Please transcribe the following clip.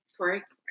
Correct